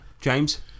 James